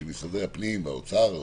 של משרדי הפנים, האוצר והמשפטים,